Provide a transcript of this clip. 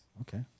Okay